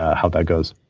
how that goes.